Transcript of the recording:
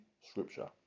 scripture